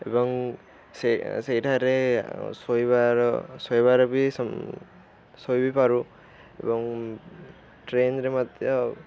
ଏବଂ ସେଇଠାରେ ଶୋଇବାର ଶୋଇବାର ବି ଶୋଇବି ପାରୁ ଏବଂ ଟ୍ରେନରେ ମଧ୍ୟ